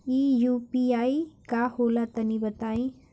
इ यू.पी.आई का होला तनि बताईं?